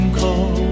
call